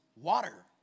water